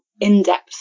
in-depth